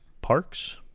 parks